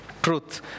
truth